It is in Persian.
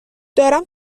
دارم